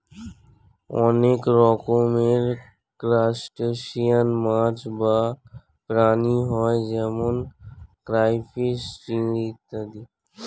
অনেক রকমের ক্রাস্টেশিয়ান মাছ বা প্রাণী হয় যেমন ক্রাইফিস, চিংড়ি ইত্যাদি